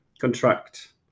contract